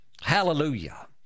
Hallelujah